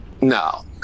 no